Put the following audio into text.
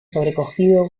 sobrecogido